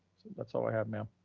that's all i have, ma'am.